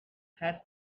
had